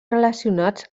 relacionats